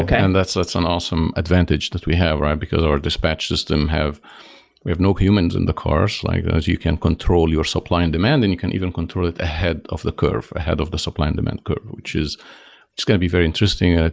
that's that's an awesome advantage that we have, right? because our dispatch system have we have no humans in the cars. like as you can control your supply and demand and you can even control it ahead of the curve, ahead of the supply and demand curve, which is it's going to be very interesting. ah